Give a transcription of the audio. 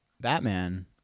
Batman